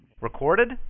Recorded